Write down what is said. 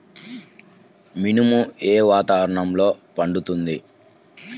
మినుము ఏ వాతావరణంలో పండుతుంది?